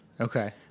Okay